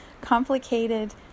complicated